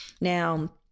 Now